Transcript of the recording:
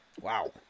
Wow